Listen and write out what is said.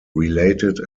related